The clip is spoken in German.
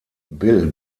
bill